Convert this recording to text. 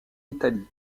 italie